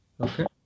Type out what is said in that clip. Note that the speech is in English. Okay